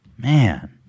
Man